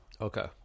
Okay